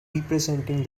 representing